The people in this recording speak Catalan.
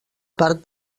part